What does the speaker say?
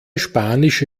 spanische